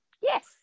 Yes